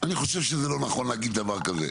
אני חושב שזה לא נכון להגיד דבר כזה.